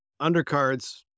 undercards